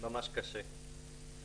ממש קשה ומתיש.